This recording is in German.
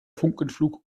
funkenflug